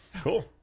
Cool